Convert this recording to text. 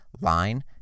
line